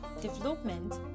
development